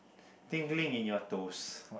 tingling in your toes